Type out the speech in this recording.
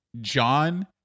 John